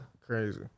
Crazy